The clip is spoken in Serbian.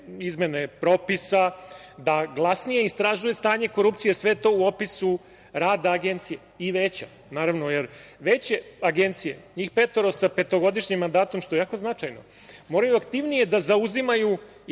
izmene propisa, da glasnije istražuje stanje korupcije, sve to u opisu rada Agencije i Veća, naravno. Veće Agencije, njih petoro sa petogodišnjim mandatom, što je jako značajno, moraju aktivnije da zauzimaju i